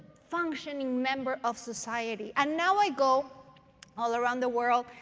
functioning member of society. and now i go all around the world,